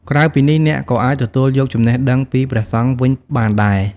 ក្រៅពីនេះអ្នកក៏អាចទទួលយកចំណេះដឹងពីព្រះសង្ឃវិញបានដែរ។